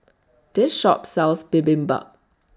This Shop sells Bibimbap